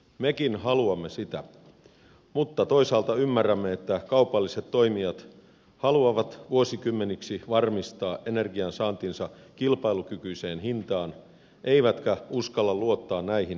mekin haluamme sitä mutta toisaalta ymmärrämme että kaupalliset toimijat haluavat vuosikymmeniksi varmistaa energiansaantinsa kilpailukykyiseen hintaan eivätkä uskalla luottaa näihin kehityskulkuihin